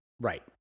Right